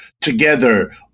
together